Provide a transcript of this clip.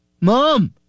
Mom